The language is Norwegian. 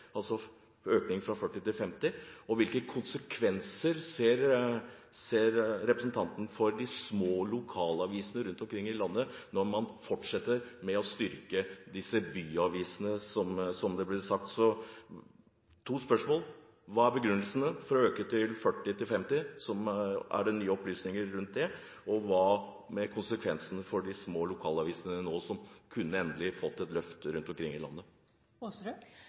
altså en forskjell fra 40 mill. kr til 50 mill. kr – og hvilke konsekvenser ser representanten for de små lokalavisene rundt omkring i landet når man fortsetter med å styrke disse byavisene, som det ble sagt. Jeg har to spørsmål: Hva er begrunnelsene for å øke fra 40 mill. kr til 50 mill. kr? Er det nye opplysninger om det? Og hva med konsekvensene for de små lokalavisene rundt omkring i landet